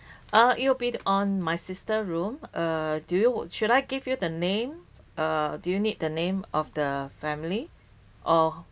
uh it will be on my sister room err do you should I give you the name uh do you need the name of the family or